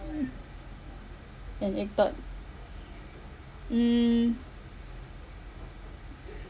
mm and egg tart mm